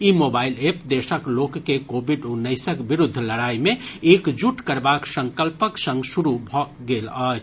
ई mobile app देशक लोक के कोविड उन्नैसक विरूद्व लड़ाई मे एकजुट करबाक संकल्पक संग शुरू कयल गेल अछि